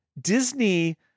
Disney